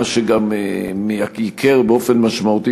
מה שגם ייקר באופן משמעותי,